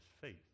faith